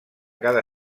cada